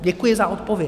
Děkuji za odpověď.